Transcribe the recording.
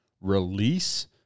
release